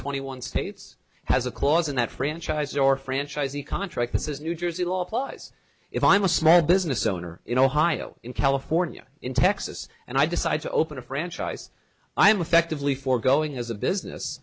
twenty one states has a clause in that franchise or franchisee contract that says new jersey law applies if i'm a small business owner in ohio in california in texas and i decide to open a franchise i am affectively for going as a business